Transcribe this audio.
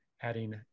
adding